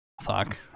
Fuck